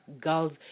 girls